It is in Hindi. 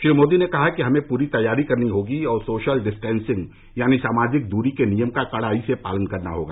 श्री मोदी ने कहा कि हमें पूरी तैयारी करनी होगी और सोशल डिस्टेन्सिंग यानी सामाजिक दूरी के नियम का कड़ाई से पालन करना होगा